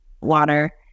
water